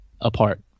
apart